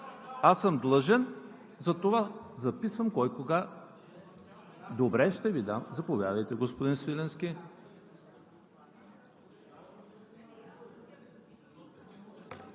Аз съм длъжен, затова записвам кой кога. (Реплики.) Заповядайте, господин Свиленски.